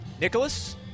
Nicholas